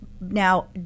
now